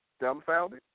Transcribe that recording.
dumbfounded